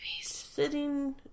Sitting